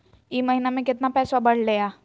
ई महीना मे कतना पैसवा बढ़लेया?